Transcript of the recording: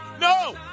No